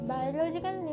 Biological